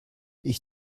ich